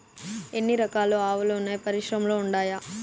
ఎన్ని రకాలు ఆవులు వున్నాయి పరిశ్రమలు ఉండాయా?